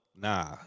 Nah